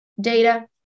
data